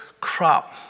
crop